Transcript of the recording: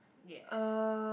yes